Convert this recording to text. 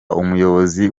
umuyobozi